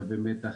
קווי המתח,